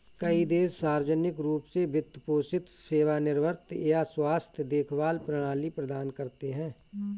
कई देश सार्वजनिक रूप से वित्त पोषित सेवानिवृत्ति या स्वास्थ्य देखभाल प्रणाली प्रदान करते है